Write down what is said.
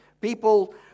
people